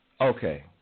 Okay